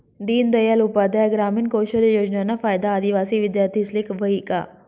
दीनदयाल उपाध्याय ग्रामीण कौशल योजनाना फायदा आदिवासी विद्यार्थीस्ले व्हयी का?